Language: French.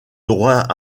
droit